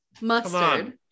Mustard